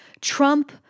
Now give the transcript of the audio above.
Trump